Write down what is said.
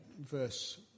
verse